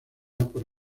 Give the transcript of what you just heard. por